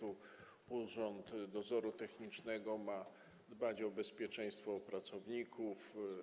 Urząd Dozoru Technicznego ma dbać o bezpieczeństwo pracowników.